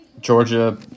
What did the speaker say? Georgia